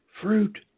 Fruit